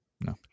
No